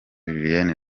julienne